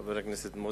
חבר הכנסת מוזס,